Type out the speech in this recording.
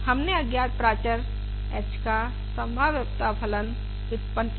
हमने अज्ञात प्राचर h का संभाव्यता फलन व्युत्पन्न किया